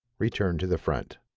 return to the front.